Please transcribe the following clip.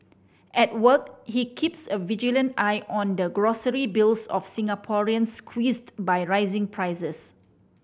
at work he keeps a vigilant eye on the grocery bills of Singaporeans squeezed by rising prices